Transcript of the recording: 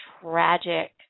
tragic